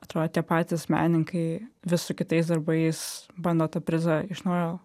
atrodė patys menininkai vis su kitais darbais bando tą prizą iš naujo